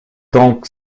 donc